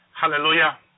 Hallelujah